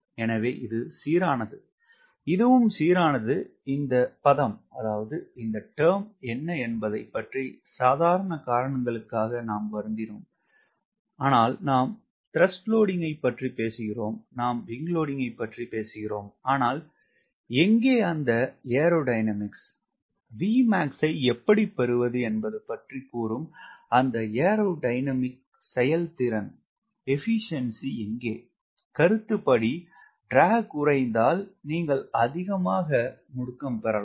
எனவே இது சீரானது இதுவும் சீரானது இந்த பதம் என்ன என்பதை பற்றி சாதாரண காரணங்குளுக்காக நாம் வருந்தினோம் நாம் TW ஐ பற்றி பேசுகிறோம் நாம் WSஐ பற்றி பேசுகிறோம் ஆனால் எங்கே அந்த ஏரோடைனமிக்ஸ் Vmax ஐ எப்படி பெறுவது என்பது பற்றி கூறும் அந்த ஏரோதியனமிக் செயல்திறன் எங்கே கருத்துப்படி ட்ராக் குறைந்தால் நீங்கள் அதிகமாக முடுக்கம் பெறலாம்